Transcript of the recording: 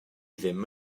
ddim